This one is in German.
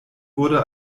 wurde